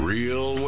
Real